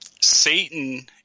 Satan